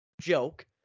Joke